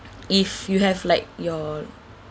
if you have like your